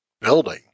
building